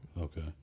Okay